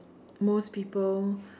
most people